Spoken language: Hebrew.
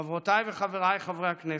חברותיי וחבריי חברי הכנסת,